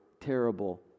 terrible